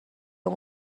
اون